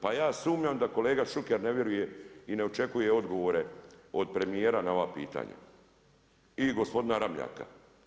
Pa ja sumnjam da kolega Šuker ne vjeruje i ne očekuje odgovore od premjera na ova pitanja i gospodina Ramljaka.